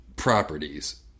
properties